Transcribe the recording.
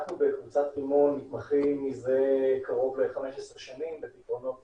אנחנו בקבוצת רימון מתמחים מזה קרוב ל-15 שנים בפתרונות